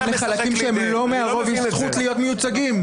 לחלקים שהם שלא מהרוב יש את הזכות להיות מיוצגים.